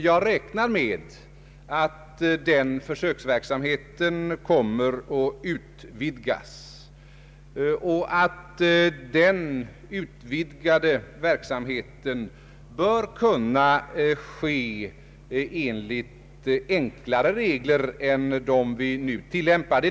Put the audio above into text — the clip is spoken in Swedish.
Jag räknar med att försöksverksamheten kommer att utvidgas och att den utvidgade verksamheten bör kunna bedrivas med tillämpning av enklare regler än de nuvarande.